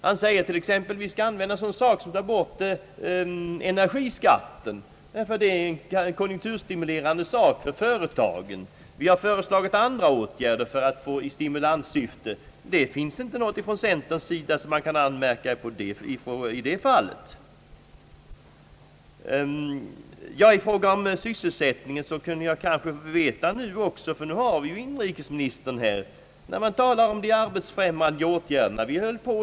Han säger t.ex. att vi bör ta bort energiskatten, ty det vore en konjunkturstimulerande åtgärd för företagen. Vi har föreslagit andra åtgärder i stimulanssyfte. I det fallet finns det inte någonting att anmärka på när det gäller centerns strävanden. Eftersom inrikesministern nu sitter här i kammaren, kunde jag kanske få besked på ett par punkter beträffande sysselsättningen.